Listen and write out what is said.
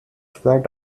flat